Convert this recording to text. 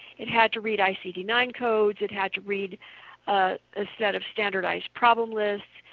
it had to read icd nine codes, it had to read a set of standardized problem lists,